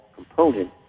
component